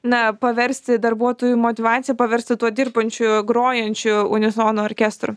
na paversti darbuotojų motyvaciją paversti tuo dirbančiųjų grojančių unisonu orkestru